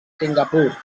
singapur